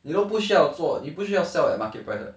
你都不需要做你不需要 sell at market price [what]